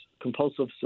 compulsive